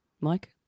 Mike